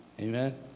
Amen